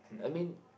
I mean